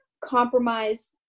compromise